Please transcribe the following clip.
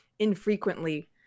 Infrequently